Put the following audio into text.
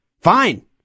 Fine